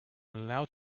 allowed